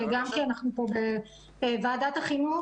גם כי אנחנו פה בוועדת החינוך,